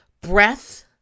breath